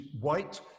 white